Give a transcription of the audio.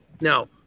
Now